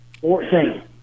Fourteen